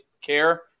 care